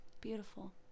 Beautiful